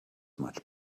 much